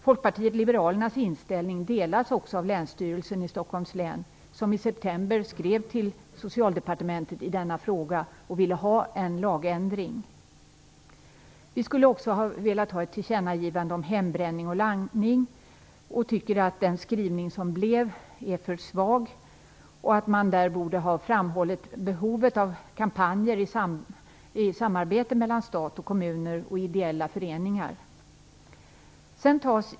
Folkpartiet liberalernas inställning delas också av Länsstyrelsen i Stockholms län, som i september skrev till Socialdepartementet i denna fråga och ville ha en lagändring till stånd. Vi skulle också velat ha ett tillkännagivande om hembränning och langning. Vi anser att utskottets skrivning blev för svag. Man borde där ha framhållit behovet av kampanjer och samarbete mellan stat och kommuner och ideella föreningar.